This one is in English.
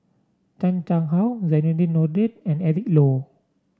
Chan Chang How Zainudin Nordin and Eric Low